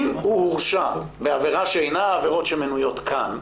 אם הוא הורשע בעבירה שאינה מהעבירות שמנויות כאן,